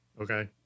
Okay